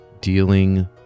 dealing